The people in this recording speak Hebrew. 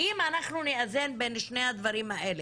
אם אנחנו נאזן בין שני הדברים האלה,